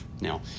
Now